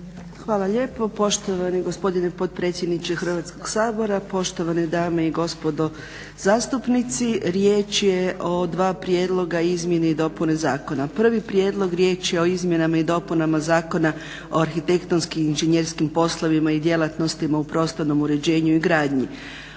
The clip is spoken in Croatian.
Hvala lijepo. Poštovani gospodine potpredsjedniče Hrvatskog sabora, poštovane dame i gospodo zastupnici. Riječ je o dva prijedloga izmjene i dopune zakona. Prvi prijedlog riječ je o izmjenama i dopunama Zakona o arhitektonskim i inženjerskim poslovima i djelatnostima u prostornom uređenju i gradnji.